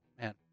man